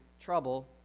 trouble